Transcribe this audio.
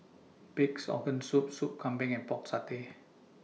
Pig'S Organ Soup Soup Kambing and Pork Satay